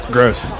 Gross